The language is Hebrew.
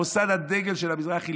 במוסד הדגל של המזרחי,